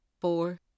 Four